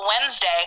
Wednesday